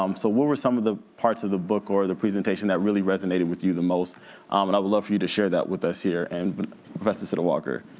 um so what were some of the parts of the book or the presentation that really resonated with you the most um and i would love for you to share that with us here and but professor siddle walker,